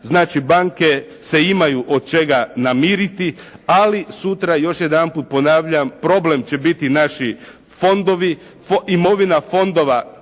Znači banke se imaju od čega namiriti ali sutra još jedanput ponavljam problem će biti naši fondovi. Imovina fondova